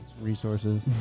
resources